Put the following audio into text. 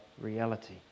reality